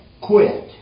quit